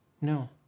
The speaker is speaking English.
No